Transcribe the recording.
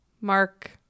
Mark